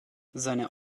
seine